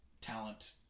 talent